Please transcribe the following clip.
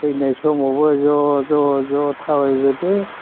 फैनाय समावबो ज' ज' ज' थाबायबोदो